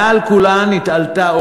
מעל כולן התעלתה,